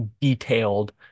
detailed